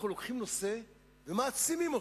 אנחנו לוקחים נושא ומעצימים אותו.